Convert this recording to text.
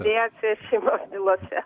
mediacija šeimos bylose